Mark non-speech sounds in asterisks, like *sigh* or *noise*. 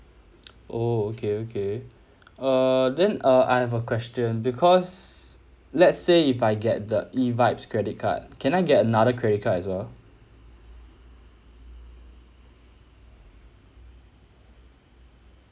*noise* oh okay okay err then uh I have a question because let's say if I get the eVibes credit card can I get another credit card as well